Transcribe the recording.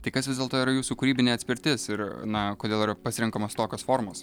tai kas vis dėlto yra jūsų kūrybinė atspirtis ir na kodėl yra pasirenkamos tokios formos